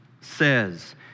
says